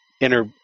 inner